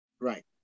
Right